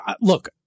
Look